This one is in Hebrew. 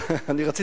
אני מצביע,